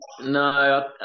no